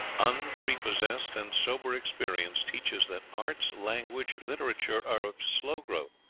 unprepossessed and sober experience teaches that arts, language, literature are of slow growth,